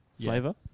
flavor